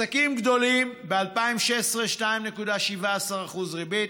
עסקים גדולים: ב-2016, 2.17% ריבית,